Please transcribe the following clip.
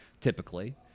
typically